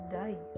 die